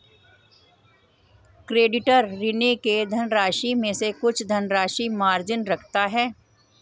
creditor, ऋणी के धनराशि में से कुछ धनराशि मार्जिन रखता है